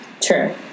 True